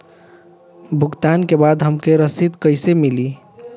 भुगतान के बाद हमके रसीद कईसे मिली?